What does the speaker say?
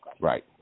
Right